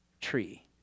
tree